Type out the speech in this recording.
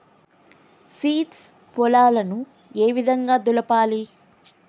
Seeds పొలాలను ఏ విధంగా దులపాలి?